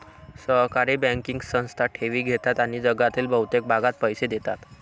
सहकारी बँकिंग संस्था ठेवी घेतात आणि जगातील बहुतेक भागात पैसे देतात